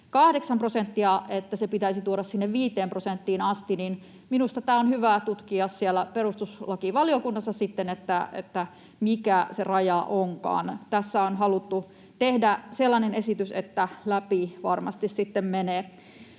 8 prosenttia — että se pitäisi tuoda sinne 5 prosenttiin asti. Minusta tämä on hyvä tutkia perustuslakivaliokunnassa, mikä se raja onkaan. Tässä on haluttu tehdä sellainen esitys, että läpi varmasti sitten menee.